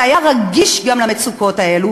והיה רגיש גם למצוקות האלה,